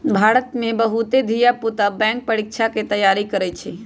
भारत में बहुते धिया पुता बैंक परीकछा के तैयारी करइ छइ